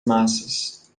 massas